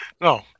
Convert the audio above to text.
No